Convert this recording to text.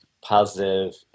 positive